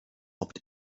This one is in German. opt